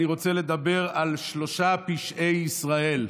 אני רוצה לדבר על שלושה פשעי ישראל.